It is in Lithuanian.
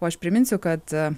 o aš priminsiu kad